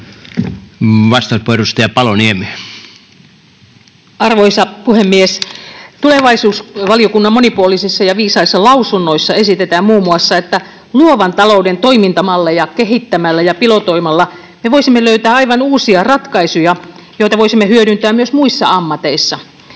Time: 15:36 Content: Arvoisa puhemies! Tulevaisuusvaliokunnan monipuolisissa ja viisaissa lausunnoissa esitetään muun muassa, että luovan talouden toimintamalleja kehittämällä ja pilotoimalla me voisimme löytää aivan uusia ratkaisuja, joita voisimme hyödyntää myös muissa ammateissa.